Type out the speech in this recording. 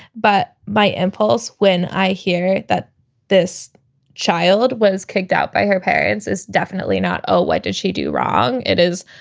but by impulse, when i hear that this child was kicked out by her parents is definitely not. oh, what did she do wrong? it is.